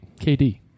KD